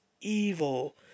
evil